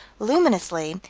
luminously,